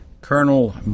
Colonel